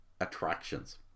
Attractions